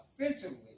offensively